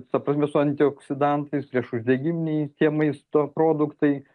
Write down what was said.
ta prasme su antioksidantais priešuždegiminiai tie maisto produktai